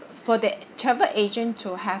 for the travel agent to have